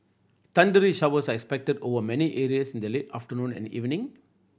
thundery showers are expected over many areas in the late afternoon and evening